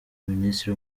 minisitiri